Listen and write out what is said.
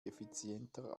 effizienter